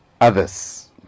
others